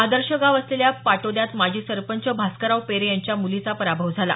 आदर्श गाव असलेल्या पाटोद्यात माजी सरपंच भास्करराव पेरे यांच्या मुलीचा पराभव झाला